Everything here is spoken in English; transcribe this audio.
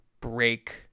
break